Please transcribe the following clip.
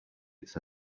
it’s